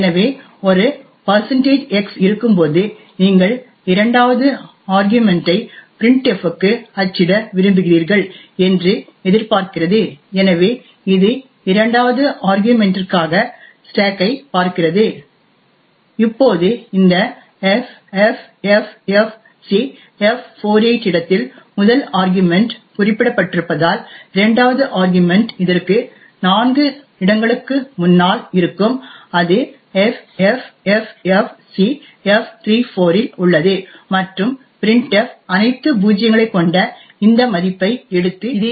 எனவே ஒரு x இருக்கும்போது நீங்கள் இரண்டாவது ஆர்கியுமென்ட் ஐ printf க்கு அச்சிட விரும்புகிறீர்கள் என்று எதிர்பார்க்கிறது எனவே இது இரண்டாவது ஆர்கியுமென்டிற்காக ஸ்டேக்கைப் பார்க்கிறது இப்போது இந்த ffffcf48 இடத்தில் முதல் ஆர்கியுமென்ட் குறிப்பிடப்பட்டிருப்பதால் இரண்டாவது ஆர்கியுமென்ட் இதற்கு நான்கு இடங்களுக்கு முன்னால் இருக்கும் அது ffffcf34 இல் உள்ளது மற்றும் printf அனைத்து பூஜ்ஜியங்களை கொண்ட இந்த மதிப்பை எடுத்து திரையில் காண்பிக்கும்